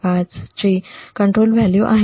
5' चे नियंत्रण मूल्य आहे